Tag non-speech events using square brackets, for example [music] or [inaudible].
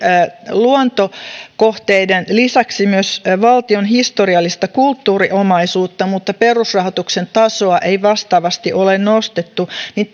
luontokohteiden lisäksi myös valtion historiallista kulttuuriomaisuutta mutta perusrahoituksen tasoa ei vastaavasti ole nostettu niin [unintelligible]